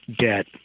debt